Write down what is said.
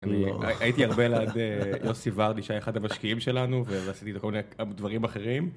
הייתי הרבה ליד יוסי ורדי, שהיה אחד המשקיעים שלנו ועשיתי כל מיני דברים אחרים.